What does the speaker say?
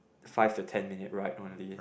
five to ten minute ride only